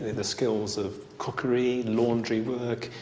the skills of cookery, laundry work,